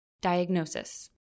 Diagnosis